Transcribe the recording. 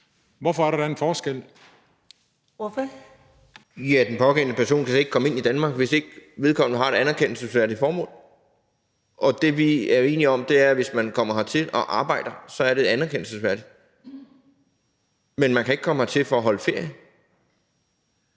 Hans Andersen (V): Ja, den pågældende person kan slet ikke komme ind i Danmark, hvis ikke vedkommende har et anerkendelsesværdigt formål. Det, vi er enige om, er, at hvis man kommer hertil og arbejder, så er det et anerkendelsesværdigt formål, men man kan ikke komme hertil for at holde ferie.